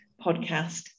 podcast